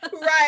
Right